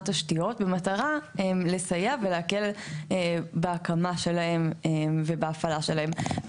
תשתיות במטרה לסייע ולהקל בהקמה שלהם ובהפעלה שלהם.